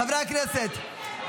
חברי הכנסת,